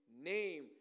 name